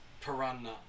Piranha